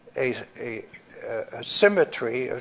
a a symmetry,